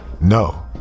No